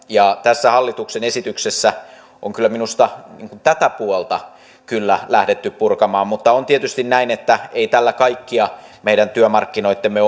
ja tässä hallituksen esityksessä on kyllä minusta tätä puolta lähdetty purkamaan mutta on tietysti näin että ei tällä kaikkia meidän työmarkkinoittemme